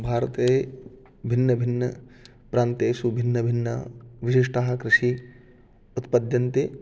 भारते भिन्नभिन्नप्रान्तेषु भिन्नभिन्नविशिष्टाः कृषिः उत्पद्यन्ते